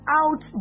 out